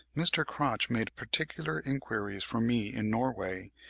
mr. crotch made particular enquiries for me in norway,